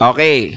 Okay